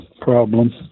problem